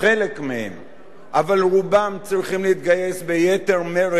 אבל רובם צריכים להתגייס ביתר מרץ וביתר שאת